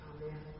Amen